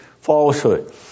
falsehood